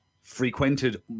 frequented